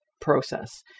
process